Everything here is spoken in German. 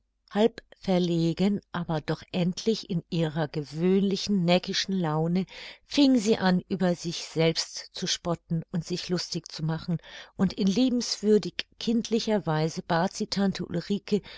halb verlegen aber doch endlich in ihrer gewöhnlichen neckischen laune fing sie an über sich selbst zu spotten und sich lustig zu machen und in liebenswürdig kindlicher weise bat sie tante ulrike